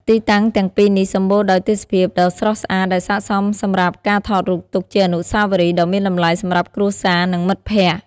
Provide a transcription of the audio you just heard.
ទីតាំងទាំងពីរនេះសម្បូរដោយទេសភាពដ៏ស្រស់ស្អាតដែលស័ក្តិសមសម្រាប់ការថតរូបទុកជាអនុស្សាវរីយ៍ដ៏មានតម្លៃសម្រាប់គ្រួសារនិងមិត្តភក្តិ។